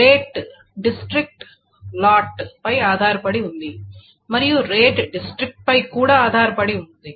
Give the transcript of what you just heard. rate district lot పై ఆధారపడి ఉంటుంది మరియు రేటు డిస్ట్రిక్ట్ పై కూడా ఆధారపడి ఉంటుంది